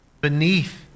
beneath